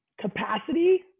capacity